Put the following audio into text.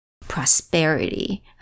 Prosperity